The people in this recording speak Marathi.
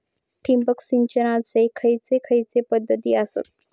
ठिबक सिंचनाचे खैयचे खैयचे पध्दती आसत?